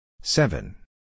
Seven